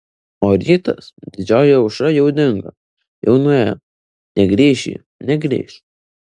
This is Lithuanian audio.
o rytas didžioji aušra jau dingo jau nuėjo negrįš ji negrįš